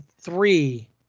three